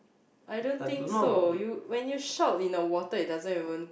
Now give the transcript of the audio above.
I don't think so you when you shout in the water it doesn't even